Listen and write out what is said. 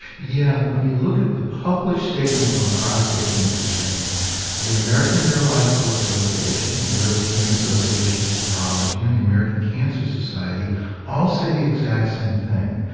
yeah, when you look at the published statements on prostate cancer screening the american neurological association, the european association of neurology and the american cancer society all say the exact same thing,